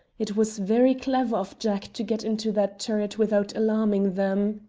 it was very clever of jack to get into that turret without alarming them.